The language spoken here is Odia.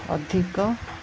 ଅଧିକ